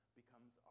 becomes